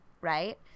right